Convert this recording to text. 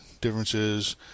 differences